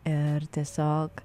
ir tiesiog